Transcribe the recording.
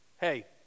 Hey